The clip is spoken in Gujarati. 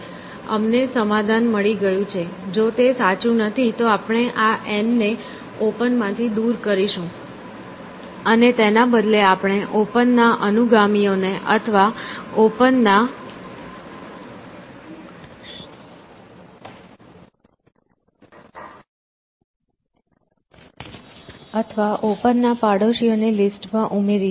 અમને સમાધાન મળી ગયું છે જો તે સાચું નથી તો આપણે આ એન ને ઓપન માંથી દૂર કરીશું અને તેના બદલે આપણે ઓપન ના અનુગામીઓને અથવા ઓપન ના પડોશીઓને લિસ્ટ માં ઉમેરીશું